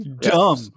dumb